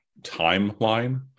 timeline